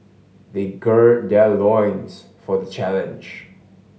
they gird their loins for the challenge